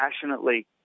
passionately